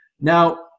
Now